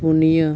ᱯᱩᱱᱤᱭᱟᱹ